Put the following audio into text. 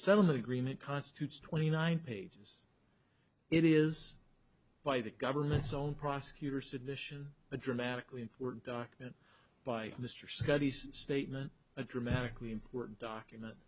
settlement agreement constitutes twenty nine pages it is by the government's own prosecutor submission a dramatically important document by mr studies statement a dramatically important document